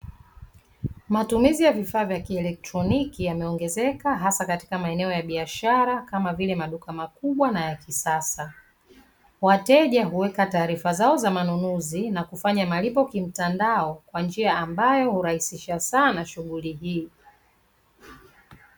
Matumizi ya vifaa vya kielektroniki yameongezeka hasa katika maeneo ya biashara kama vile; maduka makubwa na ya kisasa. Wateja huweka taarifa zao za manunuzi na kufanya malipo kimtandao kwa njia ambayo ni hurahisisha sana shughuli hii.